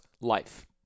life